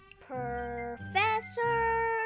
Professor